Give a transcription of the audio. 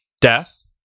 death